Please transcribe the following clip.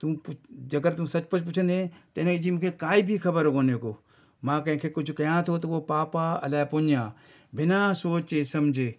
तूं जेकरि तूं सचपुच पुछंदे त हिनजी मूंखे काई बि ख़बर कोने को मां कंहिंखे कुझु कयां थो त उहो पाप आहे अलाए पुञ आहे बिना सोचे समुझे